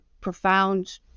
profound